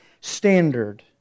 standard